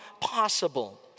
possible